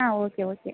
ಹಾಂ okay okay